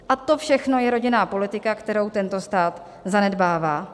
A to všechno je rodinná politika, kterou tento stát zanedbává.